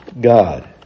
God